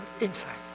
insight